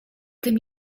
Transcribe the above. tym